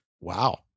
wow